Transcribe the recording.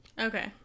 Okay